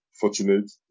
fortunate